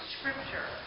Scripture